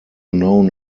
known